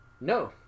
No